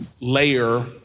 layer